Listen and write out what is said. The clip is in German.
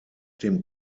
dem